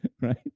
right